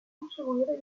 conseguire